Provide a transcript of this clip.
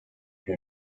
who